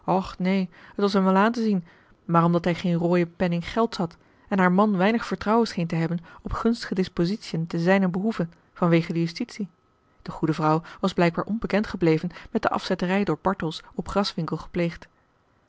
neen het was hem wel aan te zien maar omdat hij geeen rooien penning gelds had en haar man weinig vertrouwen scheen te hebben op gunstige dispositiën te zijnen behoeve van wege de justitie de goede vrouw was blijkbaar onbekend gebleven met de afzetterij door bartels op graswinckel gepleegd